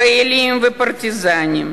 חיילים ופרטיזנים,